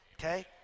Okay